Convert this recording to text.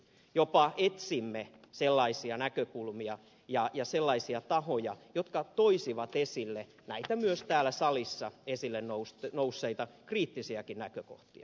jopa etsimme sellaisia näkökulmia ja sellaisia tahoja jotka toisivat esille näitä myös täällä salissa esille nousseita kriittisiäkin näkökohtia